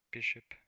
Bishop